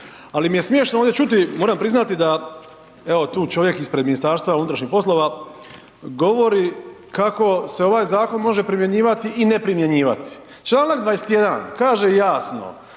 ali mi je smiješno ovdje čuti moram priznati da evo tu čovjek ispred MUP-a govori kako se ovaj zakon može primjenjivati i ne primjenjivati. Članak 21. kaže jasno: